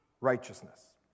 righteousness